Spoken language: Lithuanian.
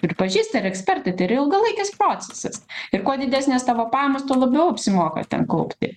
pripažįsta ir ekspertai tai yra ilgalaikis procesas ir kuo didesnės tavo pajamos tuo labiau apsimoka ten kaupti